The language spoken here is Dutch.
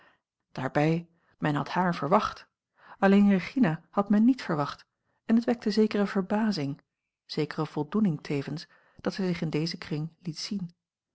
daarbij men had haar verwacht alleen regina had men niet verwacht en het wekte zekere verbazing zekere voldoening tevens dat zij zich in dezen kring liet zien